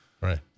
right